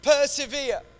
persevere